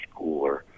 schooler